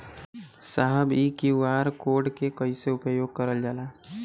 साहब इ QR code के कइसे उपयोग करल जाला?